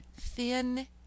Thin